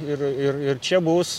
ir ir ir čia bus